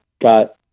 got